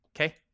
okay